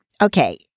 Okay